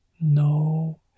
No